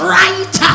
right